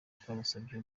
twabasabye